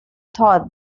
thought